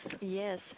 Yes